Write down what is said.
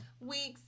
Weeks